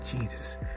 Jesus